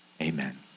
Amen